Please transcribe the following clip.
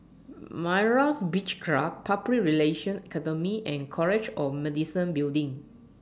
Myra's Beach Club Public Relations Academy and College of Medicine Building